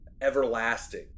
everlasting